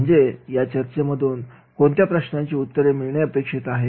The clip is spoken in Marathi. म्हणजे या चर्चामधून कोणत्या प्रश्नांची उत्तरे मिळणे अपेक्षित आहे